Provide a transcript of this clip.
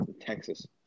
Texas